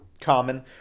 common